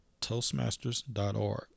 toastmasters.org